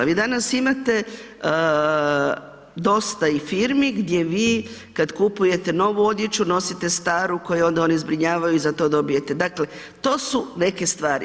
Vi danas imate dosta i firmi gdje vi kad kupujete novu odjeću nosite staru koju onda oni zbrinjavaju i za to dobijete, dakle to su neke stvari.